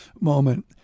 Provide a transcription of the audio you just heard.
moment